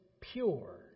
pure